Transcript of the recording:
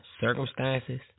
circumstances